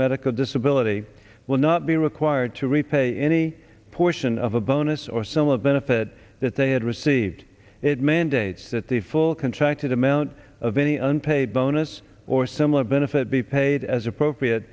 medical disability will not be required to repay any portion of a bonus or some of benefit that they had received it mandates that the full contracted amount of any unpaid bonus or similar benefit be paid as appropriate